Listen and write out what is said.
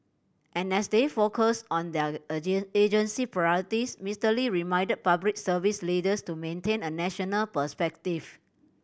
and as they focus on their agency priorities Mister Lee reminded Public Service leaders to maintain a national perspective